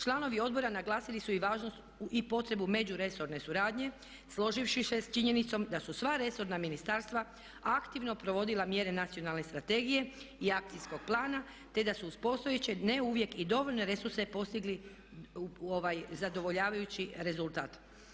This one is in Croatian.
Članovi odbora naglasili su i važnost i potrebu međuresorne suradnje složivši se s činjenicom da su sva resorna ministarstva aktivno provodila mjere Nacionalne strategije i Akcijskog plana te da su uz postojeće, ne uvijek i dovoljne resurse postigli zadovoljavajući rezultat.